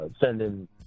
sending